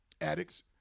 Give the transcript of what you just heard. addicts